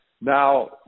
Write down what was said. Now